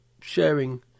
sharing